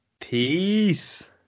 peace